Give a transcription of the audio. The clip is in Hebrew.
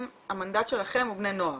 המנדט של על"ם הוא בני נוער.